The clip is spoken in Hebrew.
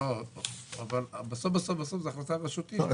בסוף זה החלטה רשותית.